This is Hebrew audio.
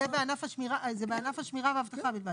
רגע, זה בענף השמירה והאבטחה בלבד?